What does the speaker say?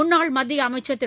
முன்னாள் மத்திய அமைச்சர் திரு